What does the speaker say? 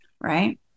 right